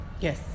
yes